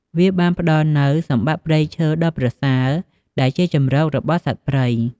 វាបានផ្តល់នូវសម្បត្តិព្រៃឈើដ៏ប្រសើរ ដែលជាជំរកសម្រាប់សត្វព្រៃ។